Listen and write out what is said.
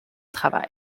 travail